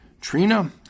Trina